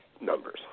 numbers